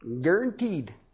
Guaranteed